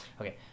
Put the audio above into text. Okay